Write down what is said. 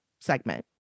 segment